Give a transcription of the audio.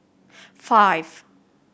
five